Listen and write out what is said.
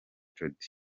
jody